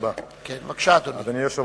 בבקשה, אדוני, הצעה